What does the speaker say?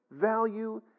value